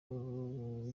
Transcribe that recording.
uru